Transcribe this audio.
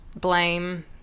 blame